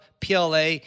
PLA